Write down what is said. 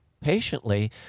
patiently